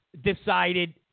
decided